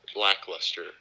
lackluster